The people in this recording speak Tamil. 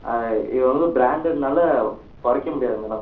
இது வந்து பிராண்டட்னால குறைக்க முடியாது மேடம்